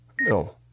no